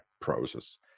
process